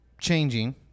changing